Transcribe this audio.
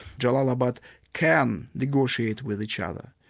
so um ah but can negotiate with each other,